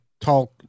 talk